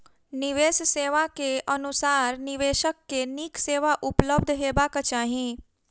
निवेश सेवा के अनुसार निवेशक के नीक सेवा उपलब्ध हेबाक चाही